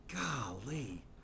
Golly